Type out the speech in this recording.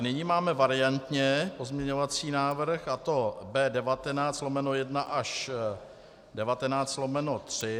Nyní máme variantně pozměňovací návrh, a to B19/1 až 19/3.